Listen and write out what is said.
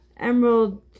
emerald